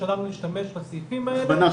שכנים טובים אולי בקרוב.